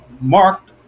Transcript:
marked